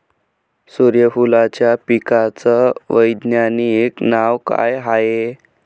सुर्यफूलाच्या पिकाचं वैज्ञानिक नाव काय हाये?